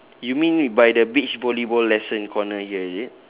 you mean by the beach volleyball lesson corner here is it